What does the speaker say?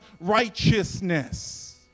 righteousness